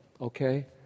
okay